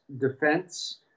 defense